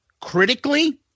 critically